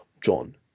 John